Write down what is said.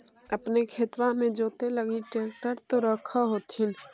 अपने खेतबा मे जोते लगी ट्रेक्टर तो रख होथिन?